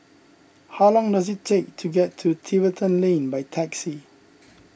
how long does it take to get to Tiverton Lane by taxi